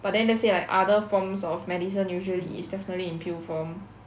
but then let's say like other forms of medicine usually is definitely in pill form